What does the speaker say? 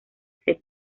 sed